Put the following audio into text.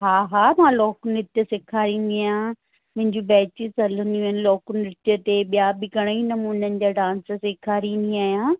हा हा मां लोकनृत्य सेखारींदी आहियां मुंहिंजी बैचिस हलंदियूं आहिनि लोकनृत्य ते ॿिया बि घणेई नमूननि जा डांस सेखारींदी आहियां